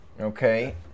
Okay